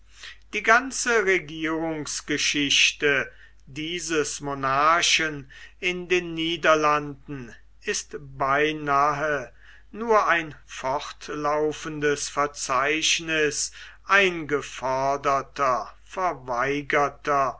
die ganze regierungsgeschichte dieses monarchen in den niederlanden ist beinahe nur ein fortlaufendes verzeichniß eingeforderter verweigerter